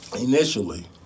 initially